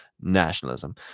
nationalism